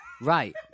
Right